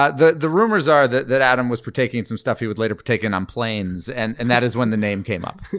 the the rumors are that that adam was partaking in some stuff he would later partake in um planes and and that is when the name came up.